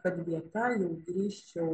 kad vieta jau drįsčiau